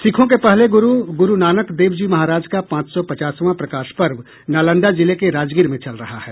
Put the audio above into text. सिखों के पहले गुरू गुरुनानक देव जी महाराज का पांच सौ पचासवां प्रकाश पर्व नालंदा जिले के राजगीर में चल रहा है